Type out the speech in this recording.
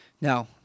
Now